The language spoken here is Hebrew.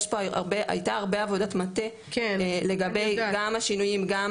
הייתה הרבה עבודת מטה גם לגבי השינויים וגם